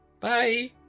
Bye